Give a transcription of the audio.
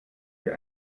wir